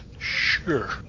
sure